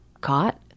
caught